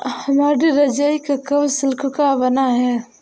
हमारी रजाई का कवर सिल्क का बना है